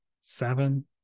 seven